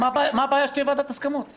מה הבעיה שתהיה ועדת הסכמות עליהם?